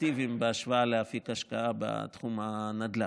אטרקטיביים בהשוואה לאפיק ההשקעה בתחום הנדל"ן.